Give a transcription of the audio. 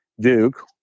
Duke